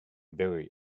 very